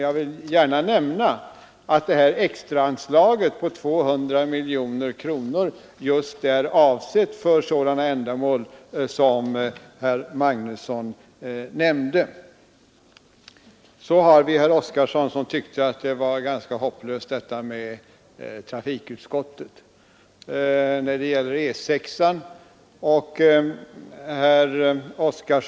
Jag vill dock gärna framhålla, att extraanslaget på 200 miljoner kronor bl.a. är avsett just för sådana ändamål som herr Magnusson nämnde. Herr Oskarson tyckte att trafikutskottets inställning när det gäller E 6 var ganska hopplös.